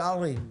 קרעי,